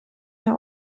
mehr